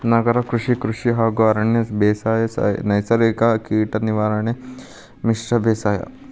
ನಗರ ಕೃಷಿ, ಕೃಷಿ ಹಾಗೂ ಅರಣ್ಯ ಬೇಸಾಯ, ನೈಸರ್ಗಿಕ ಕೇಟ ನಿರ್ವಹಣೆ, ಮಿಶ್ರ ಬೇಸಾಯ